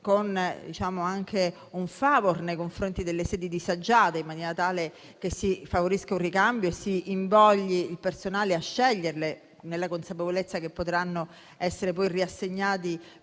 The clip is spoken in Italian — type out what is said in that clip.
di riguardo nei confronti delle sedi disagiate, in maniera tale che si favorisca un ricambio, si invogli il personale a sceglierle, nella consapevolezza che potranno essere poi riassegnati